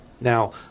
Now